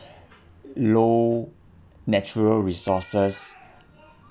low natural resources